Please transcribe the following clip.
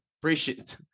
Appreciate